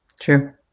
True